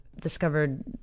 discovered